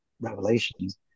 revelations